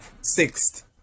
sixth